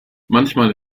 manchmal